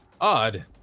Odd